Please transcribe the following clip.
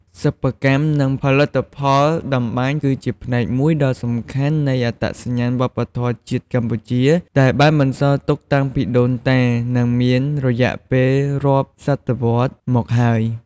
សិប្បកម្ម និងផលិតផលតម្បាញ គឺជាផ្នែកមួយដ៏សំខាន់នៃអត្តសញ្ញាណវប្បធម៌ជាតិកម្ពុជា ដែលបានបន្សល់ទុកតាំងពីដូនតា និងមានរយៈពេលរាប់សតវត្សរ៍មកហើយ។